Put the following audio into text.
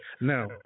Now